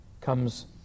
comes